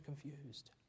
confused